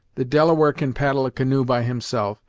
the delaware can paddle a canoe by himself,